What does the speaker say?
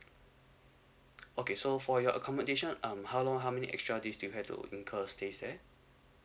okay so for your accommodation um how long how many extra days do you have to incur stays there